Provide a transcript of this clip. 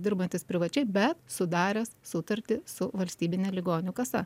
dirbantis privačiai bet sudaręs sutartį su valstybine ligonių kasa